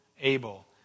Abel